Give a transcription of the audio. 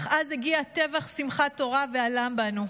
אך אז הגיע טבח שמחת תורה והלם בנו.